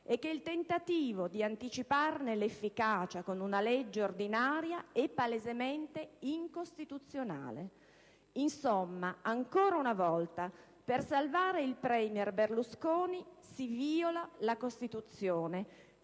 e che il tentativo di anticiparne l'efficacia con una legge ordinaria è palesemente incostituzionale. Insomma, ancora una volta, per salvare il *premier* Berlusconi si vìola la Costituzione,